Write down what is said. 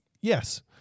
yes